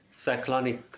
cyclonic